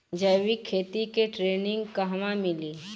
जैविक खेती के ट्रेनिग कहवा मिली?